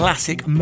Classic